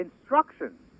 instructions